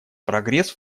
прогресс